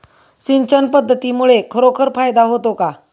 सिंचन पद्धतीमुळे खरोखर फायदा होतो का?